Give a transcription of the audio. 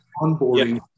onboarding